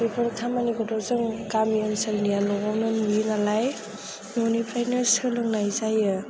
बेफोर खामानिखौथ' जों गामि ओनसोलनिया न'आवनो नुयो नालाय न'निफ्रायनो सोलोंनाय जायो